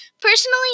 Personally